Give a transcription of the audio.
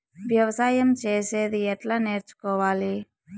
వ్యవసాయం చేసేది ఎట్లా నేర్చుకోవాలి?